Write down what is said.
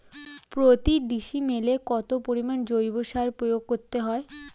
প্রতি ডিসিমেলে কত পরিমাণ জৈব সার প্রয়োগ করতে হয়?